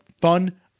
fun